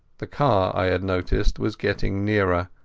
the car i had noticed was getting nearer,